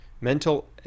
mental